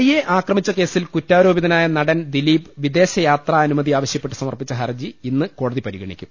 നടിയെ ആക്രമിച്ച കേസിൽ കുറ്റാരോപിതനായ നടൻ ദിലീപ് വിദേശയാത്ര അനുമതി ആവശ്യപ്പെട്ട് സമർപ്പിച്ച ഹർജി ഇന്ന് കോടതി പരിഗണിക്കും